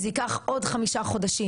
זה ייקח עוד חמישה חודשים,